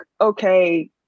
okay